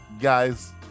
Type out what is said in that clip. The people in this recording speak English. guys